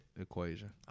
equation